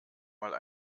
einmal